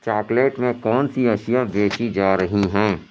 chocolate میں کون سی اشیاء بیچی جا رہی ہیں